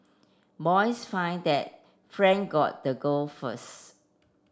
boys finds that friend got the girl first